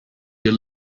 you